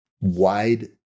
wide